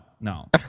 no